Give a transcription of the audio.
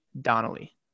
Donnelly